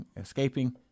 escaping